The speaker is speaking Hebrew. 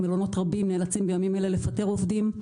מלונות רבים נאלצים בימים אלה לפטר עובדים.